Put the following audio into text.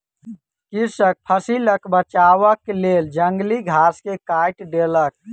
कृषक फसिलक बचावक लेल जंगली घास के काइट देलक